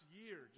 year